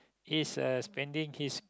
is uh spending his